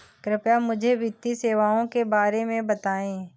कृपया मुझे वित्तीय सेवाओं के बारे में बताएँ?